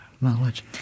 knowledge